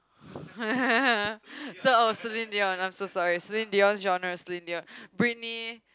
thought of Celine-Dion I'm so sorry Celine-Dion's genre Celine-Dion Britney